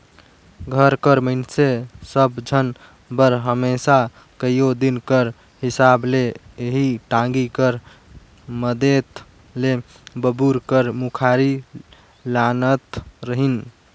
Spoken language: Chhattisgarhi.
घर कर मइनसे सब झन बर हमेसा कइयो दिन कर हिसाब ले एही टागी कर मदेत ले बबूर कर मुखारी लानत रहिन